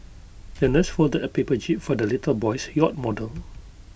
the nurse folded A paper jib for the little boy's yacht model